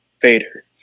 Vader